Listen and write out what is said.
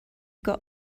got